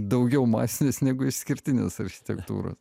daugiau masinės negu išskirtinės architektūros